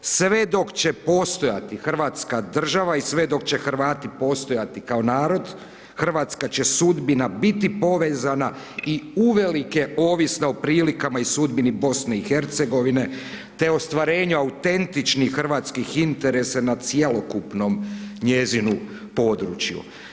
Sve dok će postojati Hrvatska država i sve dok će Hrvati postojati kao narod Hrvatska će sudbina biti povezana i uvelike ovisna o prilikama i sudbini BiH te ostvarenju autentičnih hrvatskih interesa na cjelokupnom njezinu području.